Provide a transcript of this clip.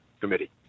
committee